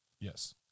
Yes